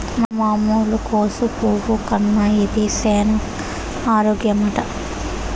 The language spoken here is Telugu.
మన మామూలు కోసు పువ్వు కన్నా ఇది సేన ఆరోగ్యమట